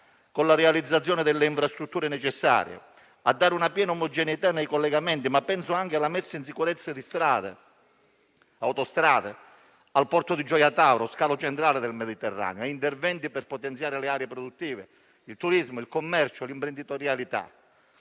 con la realizzazione delle infrastrutture necessarie a dare una piena omogeneità nei collegamenti. Ma penso anche alla messa in sicurezza di strade e autostrade, al porto di Gioia Tauro, scalo centrale del Mediterraneo, e ad interventi per potenziare le aree produttive, il turismo, il commercio, l'imprenditorialità.